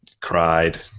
cried